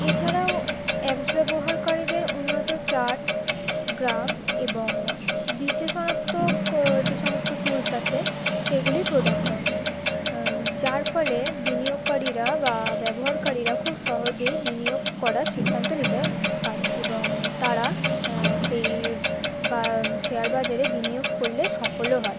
এছাড়াও অ্যাপ ব্যবহারকারীদের উন্নত চার্ট গ্রাফ এবং বিশ্লেষণাত্মক যে সমস্ত টুলস আছে সেগুলি প্রদান করে যার ফলে বিনিয়োগকারীরা বা ব্যবহারকারীরা খুব সহজেই বিনিয়োগ করার সিদ্ধান্ত নিতে পারে এবং তারা সেই বা শেয়ার বাজারে বিনিয়োগ করলে সফলও হয়